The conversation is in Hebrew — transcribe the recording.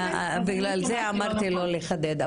בגלל זה אמרתי לא לחדד.